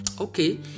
okay